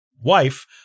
Wife